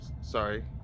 sorry